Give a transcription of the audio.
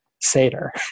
Seder